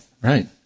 Right